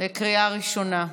קריאה ראשונה.